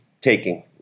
taking